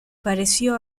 pareció